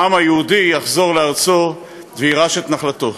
העם היהודי יחזור לארצו ויירש את נחלתו.